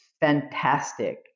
fantastic